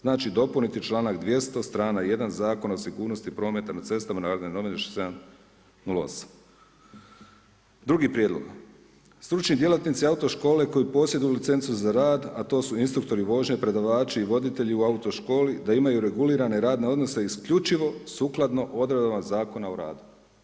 Znači dopuniti članak 200, strana 1 Zakona o sigurnosti prometa na cestama NN 67/08. 2. prijedlog, stručni djelatnosti autoškole koji posjeduju licencu za rad a to su instruktori vožnje, predavači i voditelji u autoškoli da imaju regulirane radne odnose isključivo sukladno odredbama Zakona o radu.